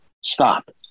stop